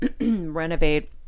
renovate